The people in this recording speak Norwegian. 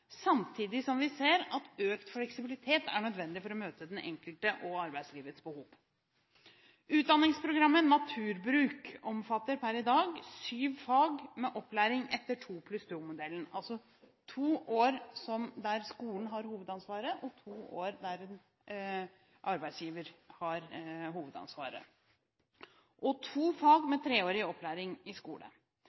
samtidig som vi ser at økt fleksibilitet er nødvendig for å møte den enkeltes og arbeidslivets behov. Utdanningsprogrammet Naturbruk omfatter per i dag syv fag med opplæring etter 2+2-modellen – altså to år der skolen har hovedansvaret, og to år der arbeidsgiver har hovedansvaret – og to fag med treårig opplæring i skole.